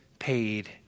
Paid